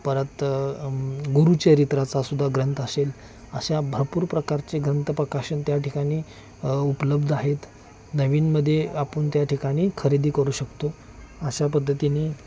परत गुरुचरित्राचा सुद्धा ग्रंथ असेल अशा भरपूर प्रकारचे ग्रंथ प्रकाशन त्या ठिकाणी उपलब्ध आहेत नवीनमध्ये आपण त्या ठिकाणी खरेदी करू शकतो अशा पद्धतीने